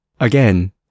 Again